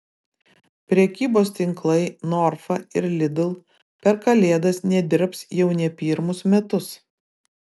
prekybos tinklai norfa ir lidl per kalėdas nedirbs jau ne pirmus metus